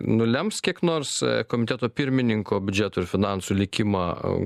nulems kiek nors komiteto pirmininko biudžeto ir finansų likimą